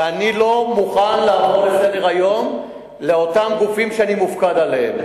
ואני לא מוכן לעבור לסדר-היום בעניין אותם גופים שאני מופקד עליהם.